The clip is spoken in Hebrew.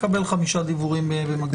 תקבל 5 דיוורים במקביל.